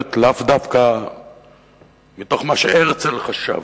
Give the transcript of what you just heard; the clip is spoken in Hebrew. מתחברת לאו דווקא לתוך מה שהרצל חושב,